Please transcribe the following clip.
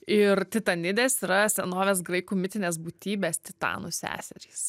ir titanidės yra senovės graikų mitinės būtybės titanų seserys